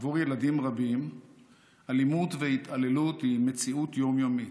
עבור ילדים רבים אלימות והתעללות הן מציאות יום-יומית.